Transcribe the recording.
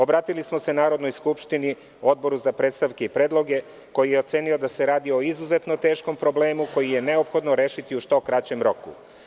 Obratili smo se Narodnoj skupštini, Odboru za predstavke i predloge koji je ocenio da se radi o izuzetno teškom problemu koji je neophodno rešiti u što kraćem roku.